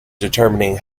determining